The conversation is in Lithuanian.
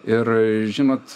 ir žinot